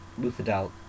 Luthadel